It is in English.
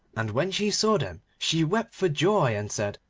and when she saw them she wept for joy, and said,